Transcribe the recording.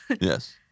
yes